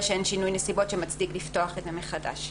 שאין שינוי נסיבות שמצדיק לפתוח את זה מחדש.